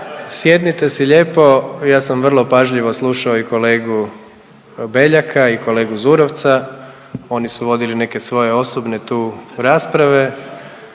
Sjednite si lijepo, ja sam vrlo pažljivo slušao i kolegu Beljaka i kolegu Zurovca. Oni su vodili neke svoje osobne tu rasprave.